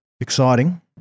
exciting